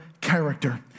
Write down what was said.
character